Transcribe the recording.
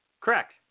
Correct